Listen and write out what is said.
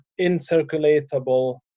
incirculatable